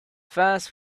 first